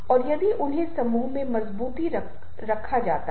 अनुयायियों के बिना एक नेता तो असंभव है